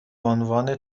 عنوان